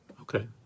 Okay